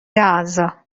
اعضا